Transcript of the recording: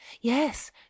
yes